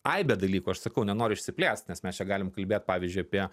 aibė dalykų aš sakau nenoriu išsiplėst nes mes čia galim kalbėt pavyzdžiui apie